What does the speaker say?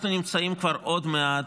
אנחנו נמצאים כבר עוד מעט,